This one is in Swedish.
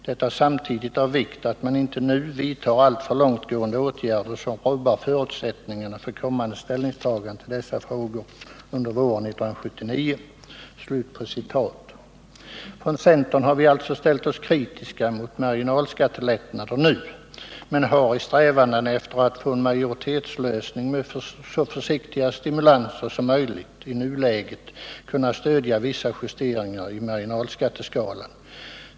Det är samtidigt av vikt att man inte nu vidtar alltför långtgående åtgärder som rubbar förutsättningarna för kommande ställningstaganden till dessa frågor under 121 Från centern har vi alltså ställt oss kritiska mot marginalskattelättnader nu men har i strävandena att få en majoritetslösning med så försiktiga stimulanser som möjligt i nuläget kunnat stödja vissa justeringar i marginalskatteskalan.